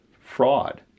fraud